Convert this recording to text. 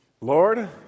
Lord